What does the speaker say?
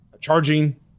charging